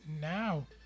now